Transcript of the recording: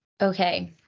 Okay